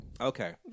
Okay